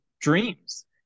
dreams